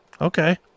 Okay